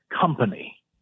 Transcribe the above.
company